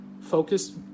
Focus